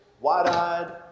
wide-eyed